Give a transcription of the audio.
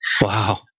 Wow